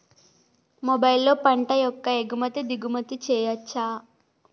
మొబైల్లో పంట యొక్క ఎగుమతి దిగుమతి చెయ్యచ్చా?